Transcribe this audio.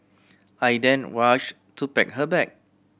I then rushed to pack her bag